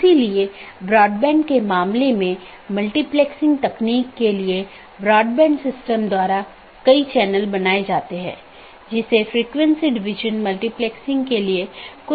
इसलिए एक path vector में मार्ग को स्थानांतरित किए गए डोमेन या कॉन्फ़िगरेशन के संदर्भ में व्यक्त किया जाता है